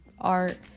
art